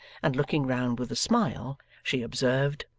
and looking round with a smile, she observed